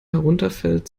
herunterfällt